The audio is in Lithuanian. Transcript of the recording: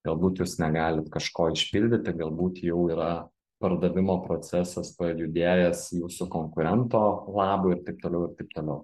galbūt jūs negalit kažko išpildyti galbūt jau yra pardavimo procesas pajudėjęs jūsų konkurento labui ir taip toliau ir taip toliau